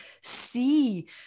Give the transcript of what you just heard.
see